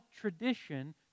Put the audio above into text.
tradition